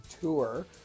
Tour